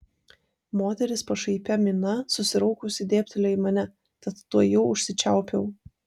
moteris pašaipia mina susiraukusi dėbtelėjo į mane tad tuojau užsičiaupiau